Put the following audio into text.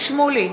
איציק שמולי,